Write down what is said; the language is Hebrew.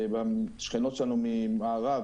השכנות שלנו ממערב,